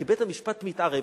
כי בית-המשפט מתערב.